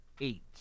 eight